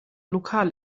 lokal